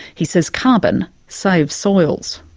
he says carbon saves soils.